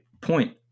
point